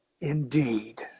indeed